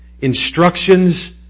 Instructions